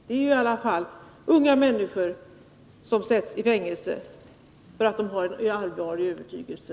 Det handlar i alla fall om unga människor som sätts i fängelse därför att de har en allvarlig övertygelse.